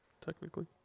Technically